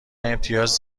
امتیاز